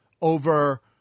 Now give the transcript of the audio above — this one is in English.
over